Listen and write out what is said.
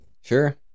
sure